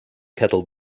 kettle